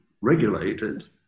regulated